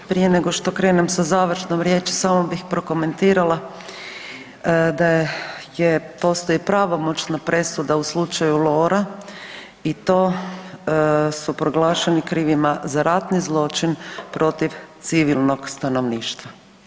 Prije nego što krenem sa završnom riječi samo bih prokomentirala da postoji pravomoćna presuda u slučaju Lora i to su proglašeni krivima za ratni zločin protiv civilnog stanovništva.